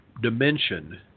dimension